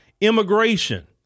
immigration